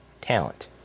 talent